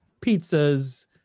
pizzas